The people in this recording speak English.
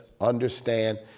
understand